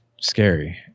scary